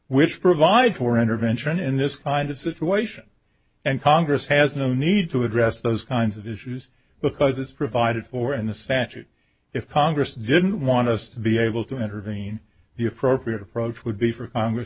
which provides for intervention in this kind of situation and congress has no need to address those kinds of issues because it's provided for in the statute if congress didn't want us to be able to intervene the appropriate approach would be for congress